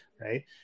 right